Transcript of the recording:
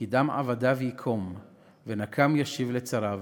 "כי דם עבדיו יקום ונקם ישיב לצריו